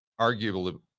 arguably